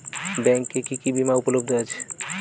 ব্যাংকে কি কি বিমা উপলব্ধ আছে?